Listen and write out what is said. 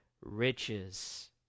riches